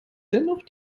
dennoch